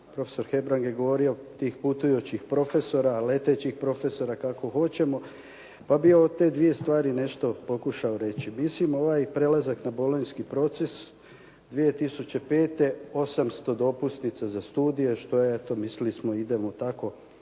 profesor Hebrang je govorio tih putujućih profesora, letećih profesora kako hoćemo. Pa bih o te dvije stvari nešto pokušao reći. Mislim ovaj prelazak na Bolonjski proces 2005., 800 dopusnica za studije što je eto mislili smo idemo tako